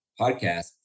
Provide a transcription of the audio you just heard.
podcast